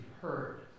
heard